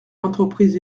l’entreprise